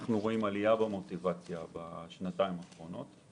אנחנו רואים עלייה במוטיבציה בשנתיים האחרונות.